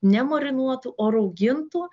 ne marinuotų o raugintų